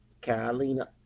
Carolina